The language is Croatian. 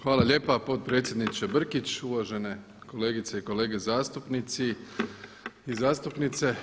Hvala lijepa potpredsjedniče Brkić, uvažene kolegice i kolege zastupnici i zastupnice.